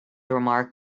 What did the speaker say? remark